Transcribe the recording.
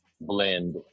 blend